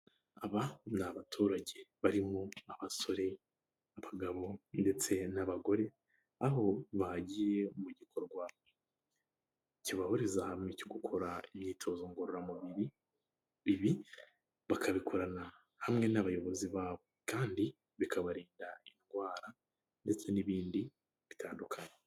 Aba ni abaturage barimo abasore n'abagabo ndetse n'abagore, aho bagiye mu gikorwa kibahuriza hamwe cyo gukora imyitozo ngororamubiri, ibi bakabikorana hamwe n'abayobozi babo, kandi bikabarinda indwara ndetse n'ibindi bitandukanye.